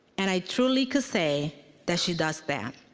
and i truly could say that she does that.